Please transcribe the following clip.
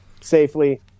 safely